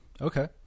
Okay